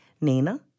Nina